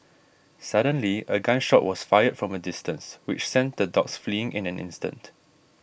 suddenly a gun shot was fired from a distance which sent the dogs fleeing in an instant